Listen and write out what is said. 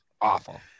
awful